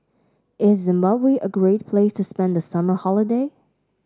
is Zimbabwe a great place to spend the summer holiday